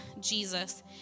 Jesus